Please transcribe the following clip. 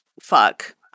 fuck